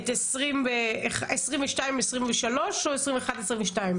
2022-2023 או 2021-2022?